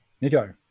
Nico